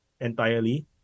entirely